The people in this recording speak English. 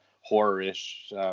horror-ish